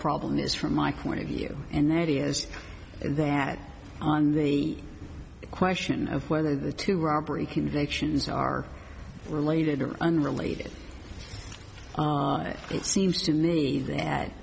problem is from my corner of you and that is that on the question of whether the two robbery convictions are related or unrelated it seems to me that